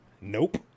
Nope